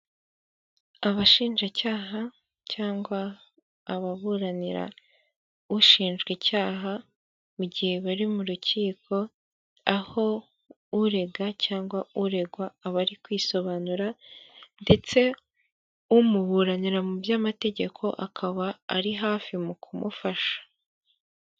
Abashinjacyaha cyangwa ababuranira ushinjwa icyaha mu gihe bari mu rukiko aho urega cyangwa uregwa aba ari kwisobanura ndetse umuburanira mu by'amategeko akaba ari hafi mu kumufasha.